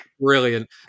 Brilliant